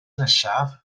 nesaf